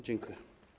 Dziękuję.